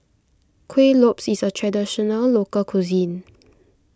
Kuih Lopes is a Traditional Local Cuisine